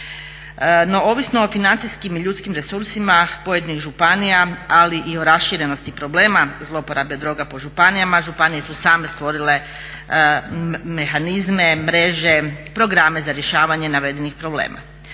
No, ovisno o financijskim i ljudskim resursima pojedinih županija, ali i o raširenosti problema zlouporabe droga po županijama županije su same stvorile mehanizme, mreže, programe za rješavanje navedenih problema.